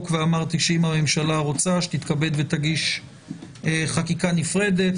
ואמרתי שאם הממשלה רוצה שתתכבד ותגיש חקיקה נפרדת,